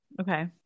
Okay